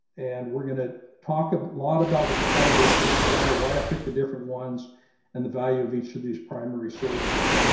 and we're going to talk a lot about what the primary sources are why i pick the different ones and the value of each of these primary sources.